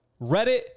Reddit